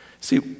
See